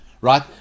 right